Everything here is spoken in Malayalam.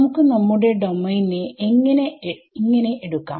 നമുക്ക് നമ്മുടെ ഡോമെയിൻ നെ ഇങ്ങനെ എടുക്കാം